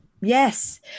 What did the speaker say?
Yes